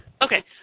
okay